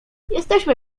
jesteśmy